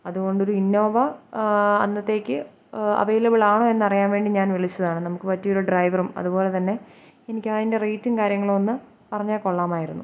അതുകൊണ്ട് ഒരു ഇന്നോവ അന്നത്തേക്ക് അവൈലബിൾ ആണോ എന്ന് അറിയാൻ വേണ്ടി ഞാൻ വിളിച്ചതാണ് നമുക്ക് പറ്റിയ ഒരു ഡ്രൈവറും അതുപോലെ തന്നെ എനിക്ക് അതിൻ്റെ റേയ്റ്റും കാര്യങ്ങളുമൊന്ന് അറിഞ്ഞാൽ കൊള്ളാമായിരുന്നു